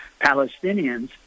Palestinians